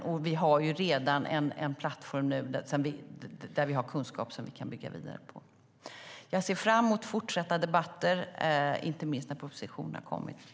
Vi har redan en plattform med kunskap som vi kan bygga vidare på. Jag ser fram emot fortsatta debatter, inte minst när propositionen har kommit.